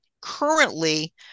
currently